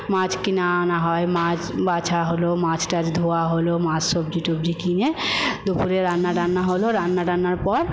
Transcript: মাছ কিনে আনা হয় মাছ বাছা হল মাছ টাছ ধোয়া হল মাছ সবজি টবজি কিনে দুপুরে রান্না টান্না হল রান্না টান্নার পর